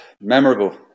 memorable